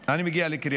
אני מגיע לקריית הממשלה,